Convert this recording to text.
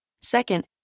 Second